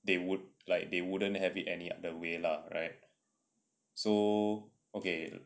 they would like they wouldn't have it any other way lah right so okay